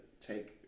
take